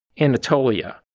Anatolia